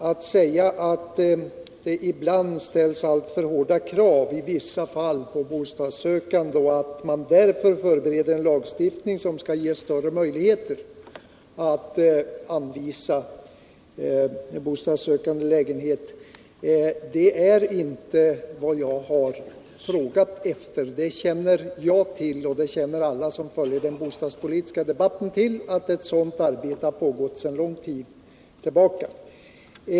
Att hon säger att det i vissa fall ställs alltför hårda krav på bostadssökande och att man därför förbereder en lagstiftning som skall ge större möjligheter att anvisa bostadssökande lägenhet är inte vad jag frågat efter. Jag och alla andra som följer den bostadspolitiska debatten känner till att ett sådant arbete pågår sedan lång tid tillbaka.